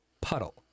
puddle